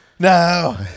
No